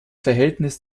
verhältnis